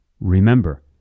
Remember